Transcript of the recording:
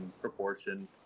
proportion